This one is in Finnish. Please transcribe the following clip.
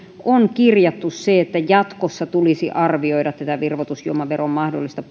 on kirjattu se että jatkossa tulisi arvioida tätä virvoitusjuomaveron mahdollista